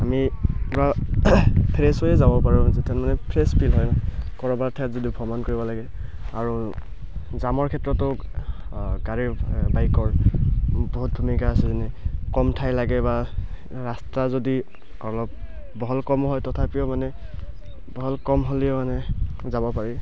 আমি পূৰা ফ্ৰেছ হৈয়ে যাব পাৰোঁ যেনে মানে ফ্ৰেছ ফিল হয় নাই ক'ৰবাৰ ঠাইত যদি ভ্ৰমণ কৰিব লাগে আৰু জামৰ ক্ষেত্ৰতো গাড়ীৰ বাইকৰ বহুত ভূমিকা আছে যেনে কম ঠাই লাগে বা ৰাস্তা যদি অলপ বহল কম হয় তথাপিও মানে বহল কম হ'লেও মানে যাব পাৰি